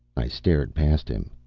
i started past him.